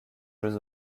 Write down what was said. jeux